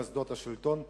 מוסדות השלטון,